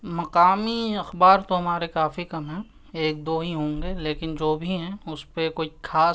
مقامی اخبار تو ہمارے کافی کم ہیں ایک دو ہی ہوں گے لیکن جو بھی ہیں اس پہ کوئی خاص